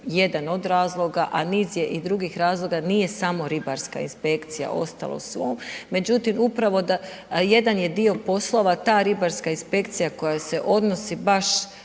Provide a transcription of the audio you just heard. jedan od razloga a niz je i drugih razloga jer nije samo ribarska inspekcija ostala u svom, međutim upravo jedan je dio poslova ta ribarska inspekcija koja se odnosi baš